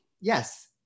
yes